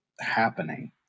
happening